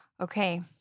Okay